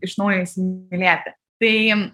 iš naujo įsimylėti tai